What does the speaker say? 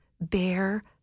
bear